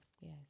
Yes